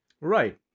Right